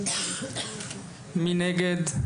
מי נגד?